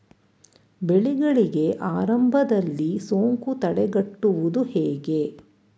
ಬೆಳೆಗಳಿಗೆ ಆರಂಭದಲ್ಲಿ ಸೋಂಕು ತಡೆಗಟ್ಟುವುದು ಹೇಗೆ?